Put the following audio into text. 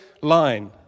line